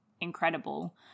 incredible